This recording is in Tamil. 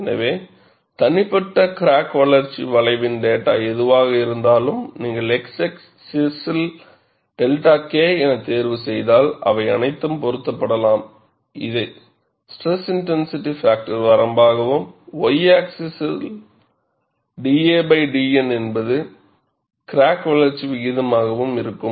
எனவே தனிப்பட்ட கிராக் வளர்ச்சி வளைவின் டேட்டா எதுவாக இருந்தாலும் நீங்கள் x ஆக்ஸிஸ் 𝛅 K என தேர்வு செய்தால் அவை அனைத்தும் பொருத்தப்படலாம் இது ஸ்ட்ரெஸ் இன்டென்சிட்டி பாக்டர் வரம்பாகவும் y ஆக்ஸிஸ் ஐ da dN என்பது கிராக் வளர்ச்சி விகிதமாகவும் இருக்கும்